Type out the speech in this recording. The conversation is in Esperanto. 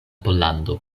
pollando